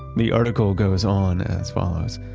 the article goes on as follows.